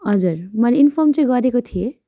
हजुर मैले इन्फर्म चाहिँ गरेको थिएँ